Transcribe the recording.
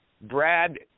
Brad